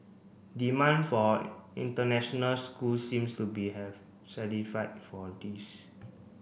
demand for international schools seems to be have for this